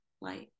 light